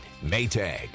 Maytag